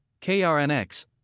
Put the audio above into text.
KRNX